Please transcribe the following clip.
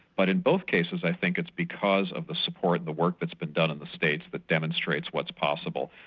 but in both cases i think it's because of the support and the work that's been done in the states that but demonstrates what's possible.